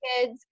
kids